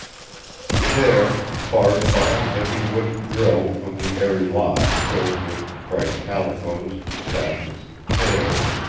there, barred by a heavy wooden grill from the airy loft filled with bright calicoes, sashes, pails,